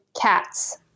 cats